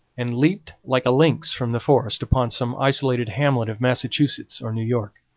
and leaped like a lynx from the forest upon some isolated hamlet of massachusetts or new york.